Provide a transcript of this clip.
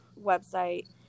website